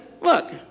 look